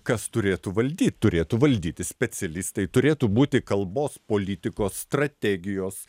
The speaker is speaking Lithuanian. kas turėtų valdyt turėtų valdyti specialistai turėtų būti kalbos politikos strategijos